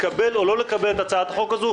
לקבל או לא לקבל את הצעת החוק הזו,